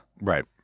Right